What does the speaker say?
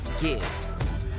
give